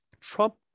Trump